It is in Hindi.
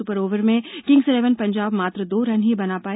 सुपर ओवर में किंग्स इलेवन पंजाब मात्र दो रन ही बना पाई